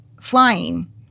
flying